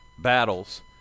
battles